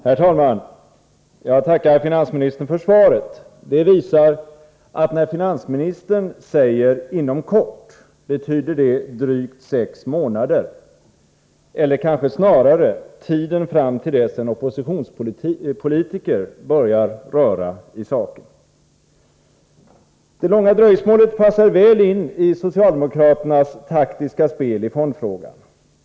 Herr talman! Jag tackar finansministern för svaret. Det visar att när finansministern säger ”inom kort” betyder det drygt sex månader, eller 125 kanske snarare tiden fram till dess en oppositionspolitiker börjar röra i saken. Det långa dröjsmålet passar väl in i socialdemokraternas taktiska spel i fondfrågan.